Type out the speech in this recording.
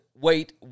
wait